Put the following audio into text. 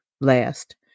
last